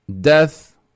death